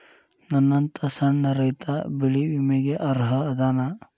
ನನ್ನಂತ ಸಣ್ಣ ರೈತಾ ಬೆಳಿ ವಿಮೆಗೆ ಅರ್ಹ ಅದನಾ?